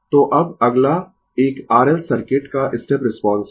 तो अब अगला एक R L सर्किट का स्टेप रिस्पांस है